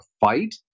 fight